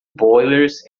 boilers